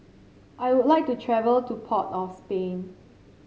I would like to travel to Port of Spain